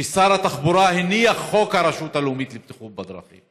ששר התחבורה הניח את חוק הרשות הלאומית לבטיחות בדרכים